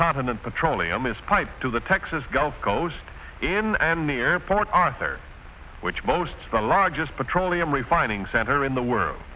continent petroleum is piped to the texas gulf coast and near port arthur which most of the largest petroleum refining center in the world